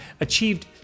achieved